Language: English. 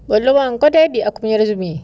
belum engkau ada ambil aku punya resume